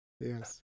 Yes